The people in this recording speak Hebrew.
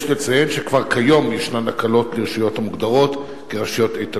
יש לציין שכבר כיום ישנן הקלות לרשויות המוגדרות כרשויות איתנות.